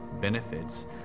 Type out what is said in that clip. benefits